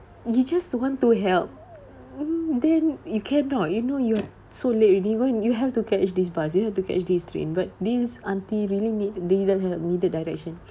you just want to help then you cannot you know you're so late already when you have to catch this bus you have to catch this train but this auntie really need needed help needed direction